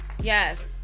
yes